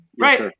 Right